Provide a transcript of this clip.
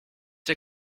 der